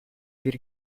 bir